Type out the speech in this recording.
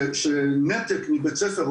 רואים שנתק מבית ספר,